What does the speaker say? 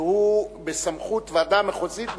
שהיא בסמכות ועדה מחוזית,